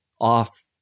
off